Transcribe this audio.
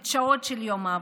את השעות של יום העבודה.